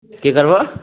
की करबऽ